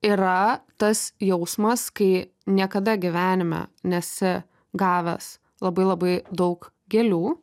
yra tas jausmas kai niekada gyvenime nesi gavęs labai labai daug gėlių